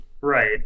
right